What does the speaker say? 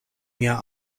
nia